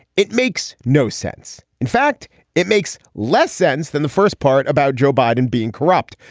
it makes no sense. in fact it makes less sense than the first part about joe biden being corrupt.